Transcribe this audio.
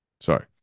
sorry